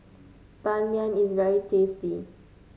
Ban Mian is very tasty